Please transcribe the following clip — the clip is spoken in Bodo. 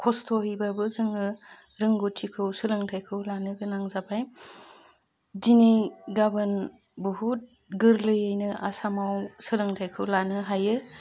खस्थ'हैब्लाबो जोङो रोंगौथिखौ सोलोंथाइखौ लानो गोनां जाबाय दिनै गाबोन बहुद गोरलैयैनो आसामाव सोलोंथाइखौ लानो हायो